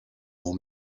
more